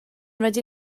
rydyn